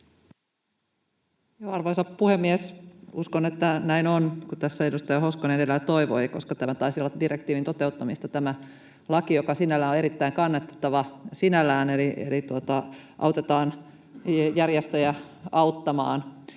Arvoisa puhemies! Uskon, että näin on niin kuin tässä edustaja Hoskonen edellä toivoi, koska tämä laki taisi olla direktiivin toteuttamista, joka on erittäin kannatettava sinällään, eli autetaan järjestöjä auttamaan.